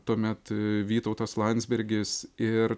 tuomet vytautas landsbergis ir